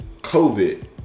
COVID